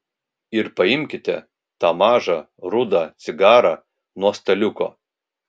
ir paimkite tą mažą rudą cigarą nuo staliuko